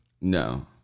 No